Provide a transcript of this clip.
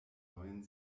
neuen